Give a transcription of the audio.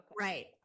Right